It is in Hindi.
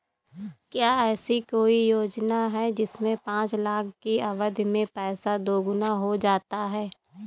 क्या ऐसी कोई योजना है जिसमें पाँच साल की अवधि में पैसा दोगुना हो जाता है?